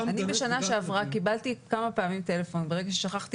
בשנה שעברה קיבלתי מהמורה כמה פעמים טלפון - ברגע ששכחתי